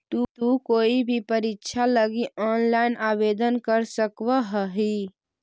तु कोई भी परीक्षा लगी ऑनलाइन आवेदन कर सकव् हही